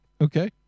Okay